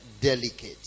delicate